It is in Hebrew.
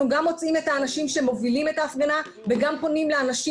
ביום חמישי בלילה אנשים מתוך המפגינים כרזו וביקשו מאנשים